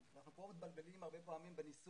אנחנו מקבלים תלונות מאזרחים.